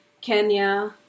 Kenya